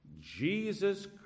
Jesus